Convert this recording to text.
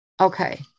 Okay